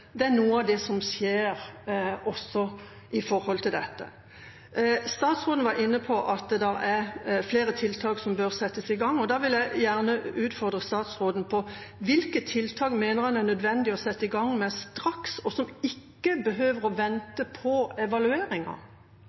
det er noe lignende som skjer også når det gjelder dette. Statsråden var inne på at det er flere tiltak som bør settes i gang, og da vil jeg gjerne utfordre statsråden på hvilke tiltak han mener det er nødvendig å sette i gang med straks, og som ikke behøver å vente på